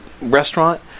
restaurant